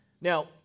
Now